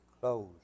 close